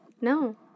No